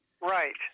Right